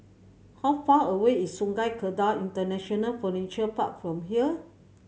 how far away is Sungei Kadut International Furniture Park from here